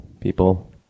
people